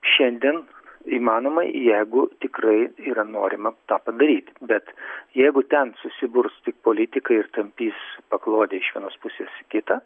šiandien įmanoma jeigu tikrai yra norima tą padaryti bet jeigu ten susiburs tik politikai ir tampys paklodę iš vienos pusės į kita